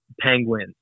Penguins